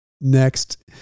next